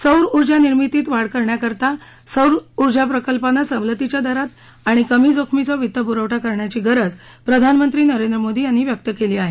सौर उर्जा निर्मितीत वाढ करण्याकरता सौर ऊर्जा प्रकल्पांना सवलतीच्या दरात आणि कमी जोखमीचा वित्तप्रवठा करण्याची गरज प्रधानमंत्री नरेंद्र मोदी यांनी व्यक्त केली आहे